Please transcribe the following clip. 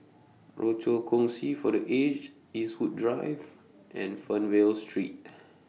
Rochor Kongsi For The Aged Eastwood Drive and Fernvale Street